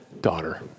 daughter